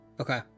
okay